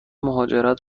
مهاجرت